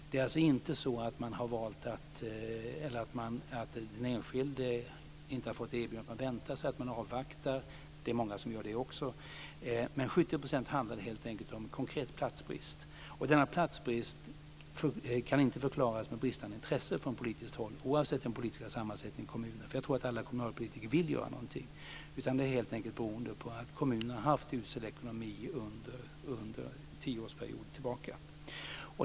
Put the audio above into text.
Det är inte så att den enskilde inte har fått erbjudande, utan man säger att man väntar och avvaktar. Det är många som också gör det. Men 70 % av fallen handlade helt enkelt om konkret platsbrist. Denna platsbrist kan inte förklaras med bristande intresse från politiskt håll, oavsett den politiska sammansättningen i kommunen. Jag tror att alla kommunalpolitiker vill göra någonting. Det beror helt enkelt på att kommunerna har haft usel ekonomi under en tioårsperiod tillbaka.